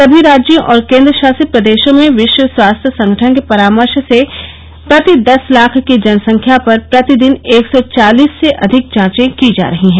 सभी राज्यों और केंद्र शासित प्रदेशों में विश्व स्वास्थ्य संगठन के परामर्श के अनुसार प्रति दस लाख की जनसंख्या पर प्रतिदिन एक सौ चालिस से अधिक जांचे की जा रहीं हैं